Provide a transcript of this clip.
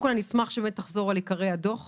אשמח אם תחזור על עיקרי הדו"ח